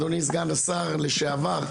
אדוני סגן השר לשעבר,